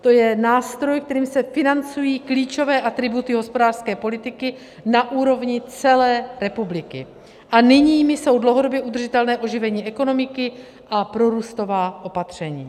To je nástroj, kterým se financují klíčové atributy hospodářské politiky na úrovni celé republiky, a těmi jsou dlouhodobě udržitelné oživení ekonomiky a prorůstová opatření.